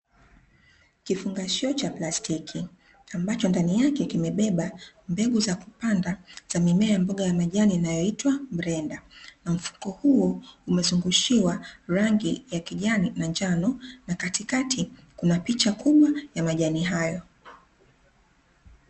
Kifungashio cha plastiki, ambacho ndani yake kimebeba mbegu za kupanda za mimea ya mboga ya majani inayoitwa mrenda. Mfuko huu umezungushiwa rangi ya kijani na njano na katikati kuna picha kuu ya majani hayo.